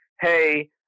hey